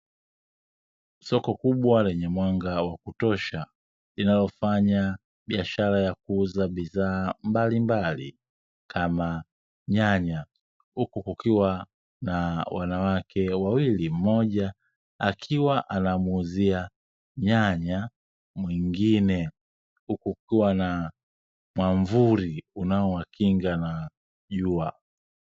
Soko kubwa lenye mwanga wa kutosha, linalofanya biashara ya kuuza bidhaa mbalimbali kama nyanya. Huku kukiwa na wanawake wawili, mmoja akiwa anamuuzia nyanya mwingine huku kukikwa na mwamvuli unaowakinga na jua.